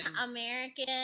American